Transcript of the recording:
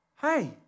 Hey